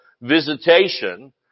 visitation